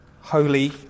holy